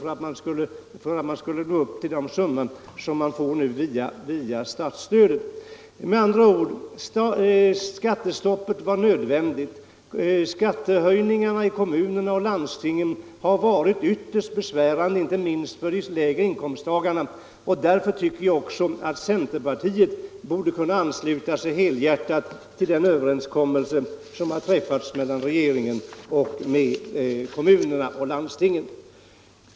för att man skulle nå upp till de summor som man nu får via statsstödet. Med andra ord: Skattestoppet var nödvändigt. Skattehöjningarna i kommunerna och landstingen har varit ytterst besvärande, inte minst för de lägre inkomsttagarna, och därför tycker jag också att centerpartiet helhjärtat borde kunna ansluta sig till den överenskommelse som regeringen träffat med kommunerna och landstingen.